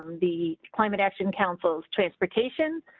the climate action councils, transportation,